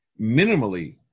Minimally